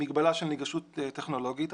של נגישות טכנולוגית,